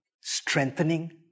strengthening